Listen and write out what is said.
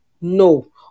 no